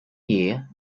year